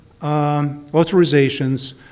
authorizations